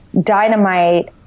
dynamite